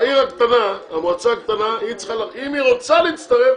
המועצה הקטנה אם היא רוצה להצטרף,